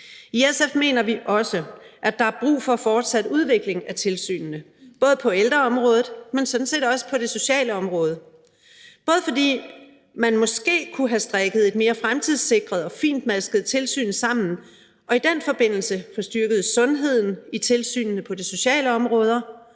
i SF mener vi også, at der er brug for fortsat udvikling af tilsynene, både på ældreområdet, men sådan set også på det sociale område, fordi man måske kunne have strikket et mere fremtidssikret og fintmasket tilsyn sammen og i den forbindelse fået styrket sundhedstilsynet på de sociale områder